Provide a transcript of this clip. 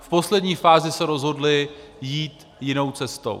V poslední fázi se rozhodli jít jinou cestou.